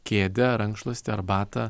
kėdę rankšluostį arbatą